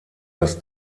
das